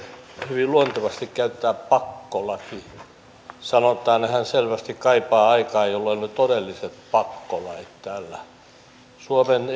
hyvin luontevasti käyttää pakkolaki sanontaa niin hän selvästi kaipaa aikaa jolloin olivat todelliset pakkolait täällä suomen